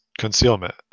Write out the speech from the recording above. Concealment